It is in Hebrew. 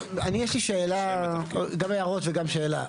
אני, יש לי שאלה, גם הערות וגם שאלה.